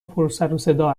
پرسروصدا